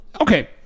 Okay